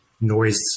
noise